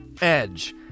edge